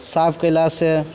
साफ कयलासँ